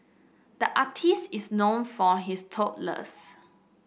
the artist is known for his doodles